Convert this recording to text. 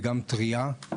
וגם טרייה.